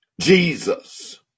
Jesus